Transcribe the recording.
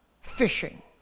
fishing